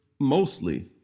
mostly